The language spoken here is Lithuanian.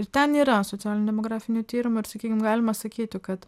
ir ten yra socialinė demografinių tyrimų ir sakykim galima sakyti kad